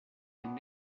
and